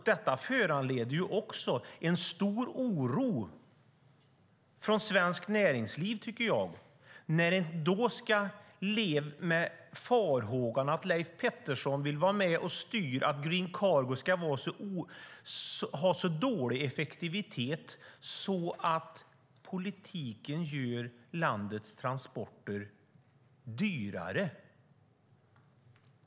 Det föranleder också en stor oro hos svenskt näringsliv, tycker jag, när man ska leva med farhågan att Leif Pettersson vill vara med och styra att Green Cargo ska ha så dålig effektivitet att politiken gör landets transporter dyrare.